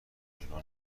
جبران